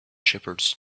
shepherds